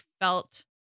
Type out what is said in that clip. felt